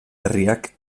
herriak